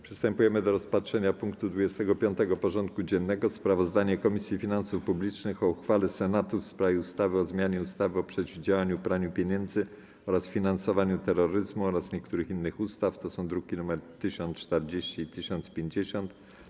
Przystępujemy do rozpatrzenia punktu 25. porządku dziennego: Sprawozdanie Komisji Finansów Publicznych o uchwale Senatu w sprawie ustawy o zmianie ustawy o przeciwdziałaniu praniu pieniędzy oraz finansowaniu terroryzmu oraz niektórych innych ustaw (druki nr 1040 i 1050)